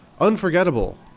unforgettable